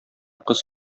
кыз